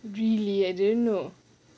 really I didn't know